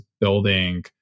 building